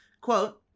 quote